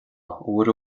uair